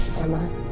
Emma